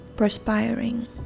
perspiring